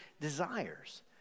desires